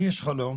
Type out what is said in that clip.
לי יש חלום,